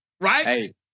right